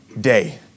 day